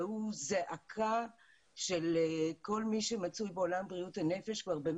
הוא כבר שנתיים זעקה של כל מי שמצוי בעולם בריאות הנפש.